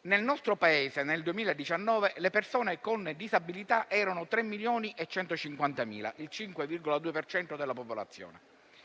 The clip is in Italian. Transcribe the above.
Nel nostro Paese nel 2019 le persone con disabilità erano 3.150.000, il 5,2 per cento della popolazione.